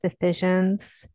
decisions